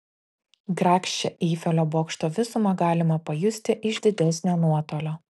grakščią eifelio bokšto visumą galima pajusti iš didesnio nuotolio